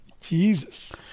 Jesus